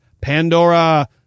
Pandora